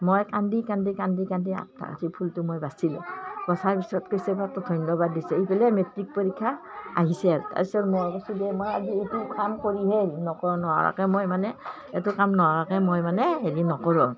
মই কান্দি কান্দি কান্দি কান্দি আঠটা কাঠিৰ ফুলটো মই বাছিলোঁ বচাৰ পিছত ধন্যবাদ দিছে এইফালেই মেট্ৰিক পৰীক্ষা আহিছে আৰু তাৰ পিছত মই কৈছোঁ মই এইটো কাম কৰিহে হেৰি নকৰোঁ নোৱাৰাকৈ মই মানে এইটো কাম নোৱাৰাকৈ মই মানে হেৰি নকৰোঁ আৰু